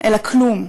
אל הכלום,